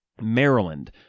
Maryland